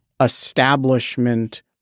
establishment